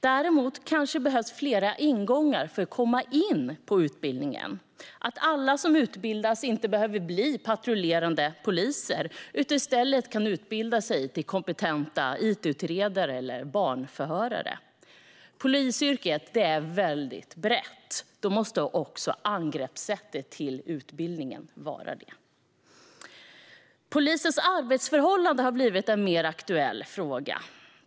Däremot kanske det behövs fler ingångar för att komma in på utbildningen. Alla som utbildas behöver inte bli patrullerande poliser utan kan i stället utbilda sig till kompetenta it-utredare eller barnförhörare. Polisyrket är väldigt brett. Då måste också angreppssättet till utbildningen vara det. Polisens arbetsförhållanden har blivit en alltmer aktuell fråga.